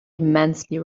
immensely